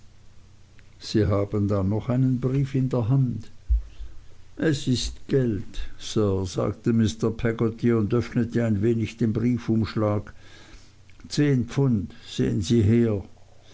sie haben da noch einen brief in der hand es ist geld sir sagte mr peggotty und öffnete ein wenig den briefumschlag zehn pfund sehen sie her